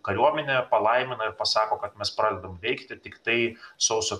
kariuominė palaimina ir pasaka kad mes pradedam veikti tiktai sausio